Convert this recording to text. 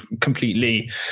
completely